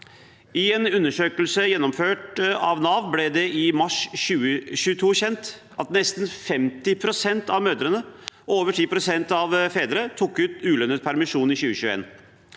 I en undersøkelse gjennomført av Nav ble det i mars 2022 kjent at nesten 50 pst. av mødre og over 10 pst. av fedre tok ut ulønnet permisjon i 2021.